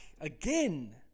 again